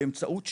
באמצעות שכנוע,